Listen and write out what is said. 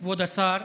כבוד השר,